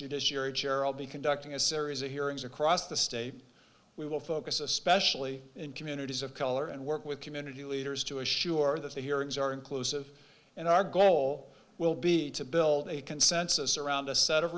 judiciary jerald be conducting a series of hearings across the state we will focus especially in communities of color and work with community leaders to assure that the hearings are inclusive and our goal will be to build a consensus around a set of